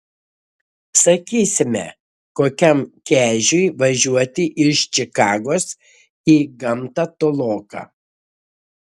sakysime kokiam kežiui važiuoti iš čikagos į gamtą toloka